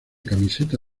camiseta